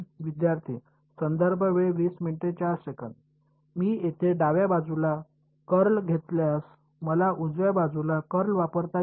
विद्यार्थीः मी येथे डाव्या बाजूला कर्ल घेतल्यास मला उजव्या बाजूला कर्ल वापरता येईल